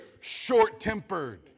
short-tempered